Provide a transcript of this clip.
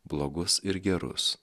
blogus ir gerus